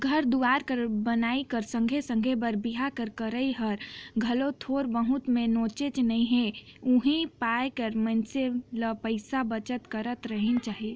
घर दुवार कर बनई कर संघे संघे बर बिहा के करई हर घलो थोर बहुत में होनेच नी हे उहीं पाय के मइनसे ल पइसा बचत करत रहिना चाही